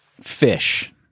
Fish